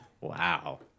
Wow